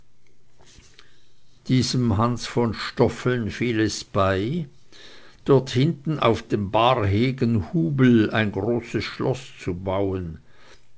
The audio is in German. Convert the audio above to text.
diesem hans von stoffeln fiel es bei dort hinten auf dem bärhegenhubel ein großes schloß zu bauen